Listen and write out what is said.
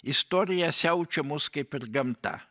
istorija siaučia mus kaip ir gamta